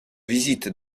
visite